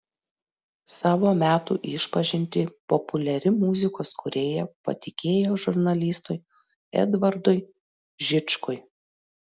savo metų išpažintį populiari muzikos kūrėja patikėjo žurnalistui edvardui žičkui